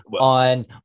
on